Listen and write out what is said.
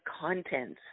contents